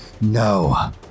no